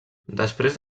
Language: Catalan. després